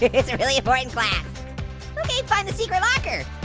it's a really important class. okay find the secret locker.